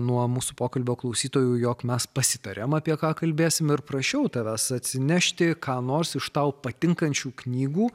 nuo mūsų pokalbio klausytojų jog mes pasitariam apie ką kalbėsim ir prašiau tavęs atsinešti ką nors iš tau patinkančių knygų